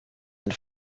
and